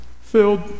filled